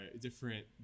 different